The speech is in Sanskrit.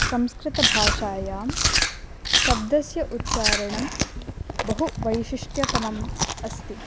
संस्कृतभाषायां शब्दस्य उच्चारणं बहुवैशिष्ट्यतमं अस्ति